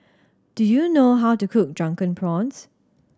do you know how to cook Drunken Prawns